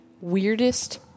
Weirdest